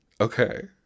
Okay